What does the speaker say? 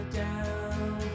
down